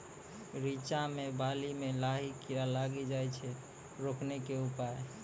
रिचा मे बाली मैं लाही कीड़ा लागी जाए छै रोकने के उपाय?